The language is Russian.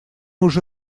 уже